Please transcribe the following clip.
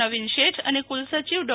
નવીન શેઠ અને કુલસચિવ ડો